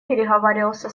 переговаривался